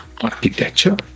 architecture